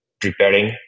preparing